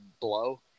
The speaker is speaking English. Blow